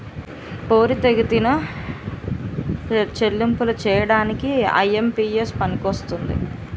పోరితెగతిన చెల్లింపులు చేయడానికి ఐ.ఎం.పి.ఎస్ పనికొస్తుంది